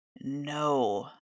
no